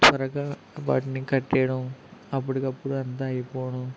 త్వరగా వాటిని కట్టేయడం అప్పటికప్పుడు అంత అయిపోవడం